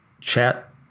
chat